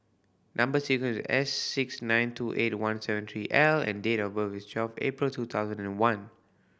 number sequence S six nine two eight one seven three L and date of birth is twelve April two thousand and one